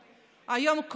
היום,